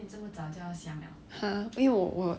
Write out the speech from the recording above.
!huh! 因为我我